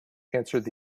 answered